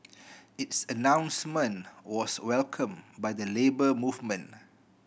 its announcement was welcomed by the Labour Movement